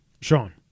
Sean